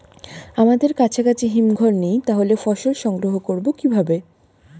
আমাদের কাছাকাছি হিমঘর নেই তাহলে ফসল সংগ্রহ করবো কিভাবে?